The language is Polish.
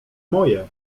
moje